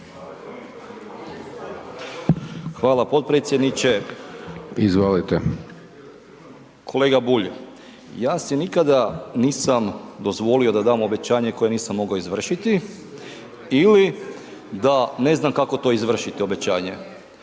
Hvala potpredsjedniče. …/Upadica Dončić: Izvolite./… Kolega Bulj, ja si nikada nisam dozvolio da dam obećanje koje nisam mogao izvršiti ili da ne znam kako to izvršiti obećanje.